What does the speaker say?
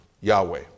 Yahweh